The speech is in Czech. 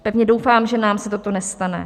Pevně doufám, že nám se toto nestane.